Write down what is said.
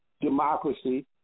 democracy